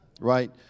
right